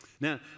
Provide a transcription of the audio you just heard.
Now